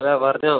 അതെ പറഞ്ഞോ